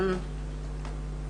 אם לא